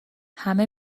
همه